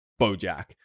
bojack